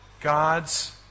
God's